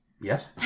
yes